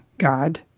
God